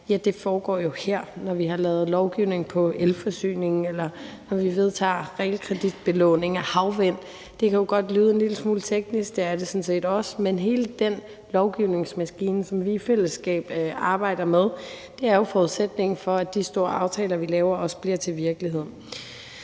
jo foregår her, når vi laver lovgivning om elforsyningen eller vi vedtager lovgivning om realkreditbelåning af havvindmøller. Det kan godt lyde en lille smule teknisk; det er det sådan set også. Men hele den lovgivningsmaskine, som vi i fællesskab arbejder med, er jo forudsætningen for, at de store aftaler, vi laver, også bliver til virkelighed.